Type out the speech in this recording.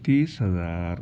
تیس ہزار